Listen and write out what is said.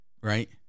Right